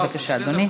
לפרוטוקול,